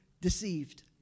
deceived